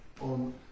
on